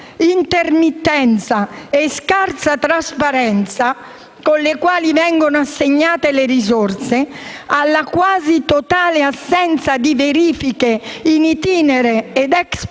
all'intermittenza e alla scarsa trasparenza con cui vengono assegnate le risorse, alla quasi totale assenza di verifiche *in itinere* o *ex post*